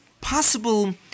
possible